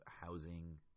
housing